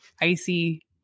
icy